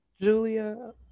julia